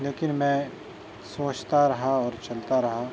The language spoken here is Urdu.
لیکن میں سوچتا رہا اور چلتا رہا